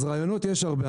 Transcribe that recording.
אז רעיונות יש הרבה.